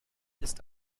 ist